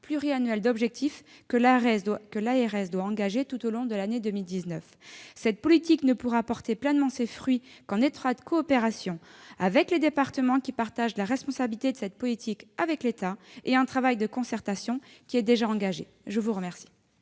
pluriannuels d'objectifs que l'ARS doit engager tout au long de l'année 2019. Cette politique ne pourra porter pleinement ses fruits qu'en étroite coopération avec les départements, qui partagent la responsabilité de cette politique avec l'État, et grâce à un travail de concertation, lequel est déjà engagé. La parole